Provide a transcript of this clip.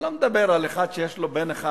אני לא מדבר על אחד שיש לו בן אחד.